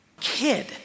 kid